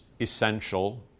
essential